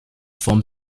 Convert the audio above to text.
form